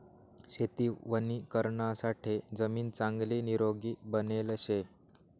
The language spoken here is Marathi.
शेती वणीकरणासाठे जमीन चांगली निरोगी बनेल शे